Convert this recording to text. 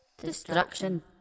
Destruction